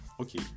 Okay